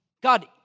God